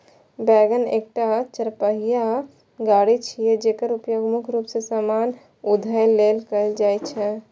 wagon एकटा चरपहिया गाड़ी छियै, जेकर उपयोग मुख्य रूप मे सामान उघै लेल कैल जाइ छै